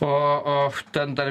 o o ten dar